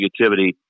negativity